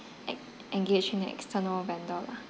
en~ engage in external vendor lah